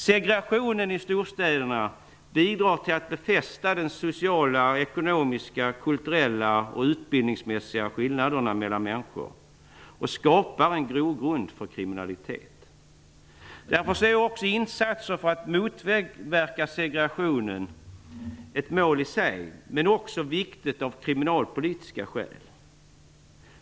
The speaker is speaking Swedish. Segregationen i storstäderna bidrar till att befästa de sociala, ekonomiska, kulturella och utbildningsmässiga skillnaderna mellan människor och skapar en grogrund för kriminalitet. Därför är också insatser för att motverka segregationen ett mål i sig, men också viktigt av kriminalpolitiska skäl.